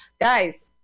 Guys